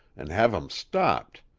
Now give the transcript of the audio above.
an' have em stopped!